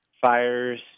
Fires